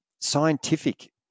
scientific